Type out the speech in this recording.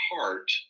heart